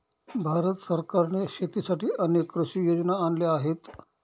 भारत सरकारने शेतीसाठी अनेक कृषी योजना आणल्या आहेत